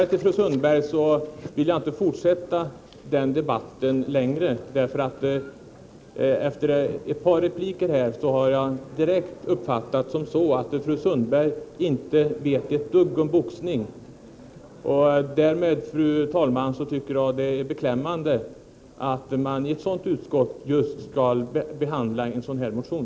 Till fru Sundberg: Jag vill inte fortsätta debatten med henne längre. Efter ett par repliker har jag förstått att fru Sundberg inte vet ett dugg om boxning. Det är därför, fru talman, beklämmande att man i det utskott där fru Sundberg är ordförande skall behandla en sådan här motion.